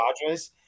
Padres